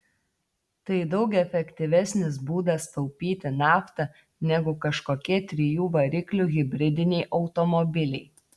tai daug efektyvesnis būdas taupyti naftą negu kažkokie trijų variklių hibridiniai automobiliai